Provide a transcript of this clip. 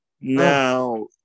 Now